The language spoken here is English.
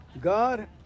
God